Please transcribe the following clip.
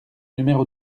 numéro